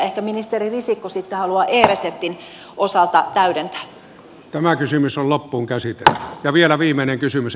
ehkä ministeri risikko sitten haluaa e reseptin osalta täydentää